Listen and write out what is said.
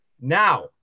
Now